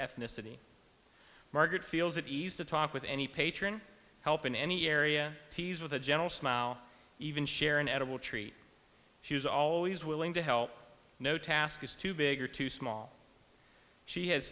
ethnicity margaret feels at ease to talk with any patron help in any area tease with a gentle smile even share an edible treat she was always willing to help no task is too big or too small she has